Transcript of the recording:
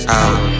out